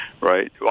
right